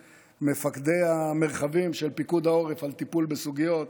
מפקדי המרחבים של פיקוד העורף על טיפול בסוגיות.